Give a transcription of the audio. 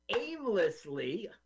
aimlessly